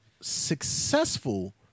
successful